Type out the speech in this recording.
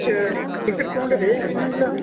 ಇದು ಟಿಕೀಟ್ ತುಗೊಂಡಿರಿ ನೀನು ಇಲ್ಲ